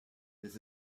this